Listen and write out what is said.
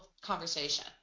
conversation